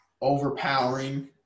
overpowering